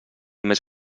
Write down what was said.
més